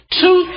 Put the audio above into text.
two